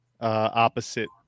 opposite